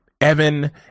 Evan